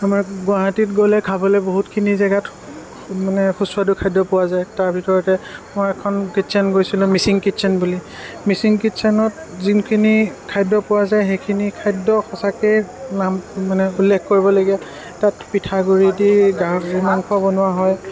আমাৰ গুৱাহাটীত গ'লে খাবলৈ বহুতখিনি জেগাত মানে সুস্বাদু খাদ্য পোৱা যায় তাৰ ভিতৰতে মই এখন কিটচেন গৈছিলোঁ মিচিং কিটচেন বুলি মিচিং কিটচেনত যোনখিনি খাদ্য পোৱা যায় সেইখিনি খাদ্য সঁচাকেই নাম মানে উল্লেখ কৰিবলগীয়া তাত পিঠাগুড়ি দি গাহৰি মাংস বনোৱা হয়